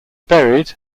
buried